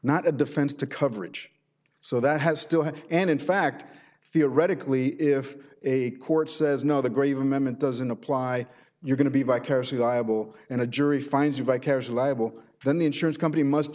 not a defense to coverage so that has still had and in fact theoretically if a court says no the grave amendment doesn't apply you're going to be vicariously liable in a jury finds you vicariously liable then the insurance company must